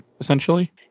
essentially